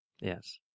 Yes